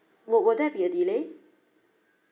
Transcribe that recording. would would there be a delay